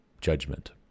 judgment